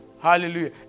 Hallelujah